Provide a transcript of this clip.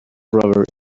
robert